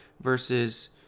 versus